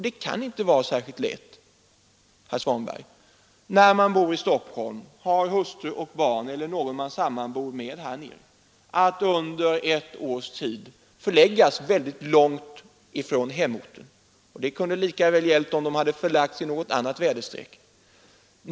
Det kan inte vara särskilt lätt, herr Svanberg, när man bor i Stockholm, har hustru och barn eller någon man sammanbor med här nere, att under ett års tid förläggas väldigt långt från hemorten. Och detta hade gällt lika väl om de förlagts i något annat väderstreck.